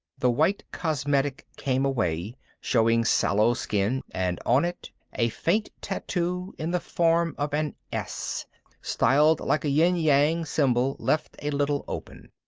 the white cosmetic came away, showing sallow skin and on it a faint tattoo in the form of an s styled like a yin-yang symbol left a little open.